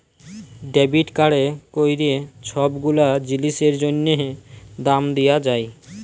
debit কাড়ে ক্যইরে ছব গুলা জিলিসের জ্যনহে দাম দিয়া যায়